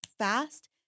fast